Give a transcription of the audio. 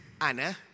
Anna